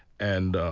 and